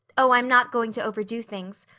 oh, i'm not going to overdo things.